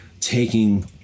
taking